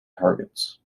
targets